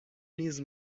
نیز